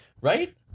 Right